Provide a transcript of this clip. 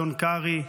אדון קרעי,